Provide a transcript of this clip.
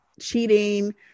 cheating